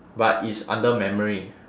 but it's under memory